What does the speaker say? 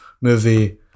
movie